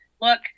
look